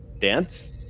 dance